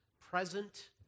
present